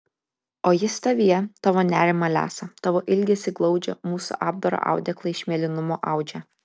o jis tavyje tavo nerimą lesa tavo ilgesį glaudžia mūsų apdaro audeklą iš mėlynumo audžia